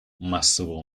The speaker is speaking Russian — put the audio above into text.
массового